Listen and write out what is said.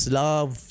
love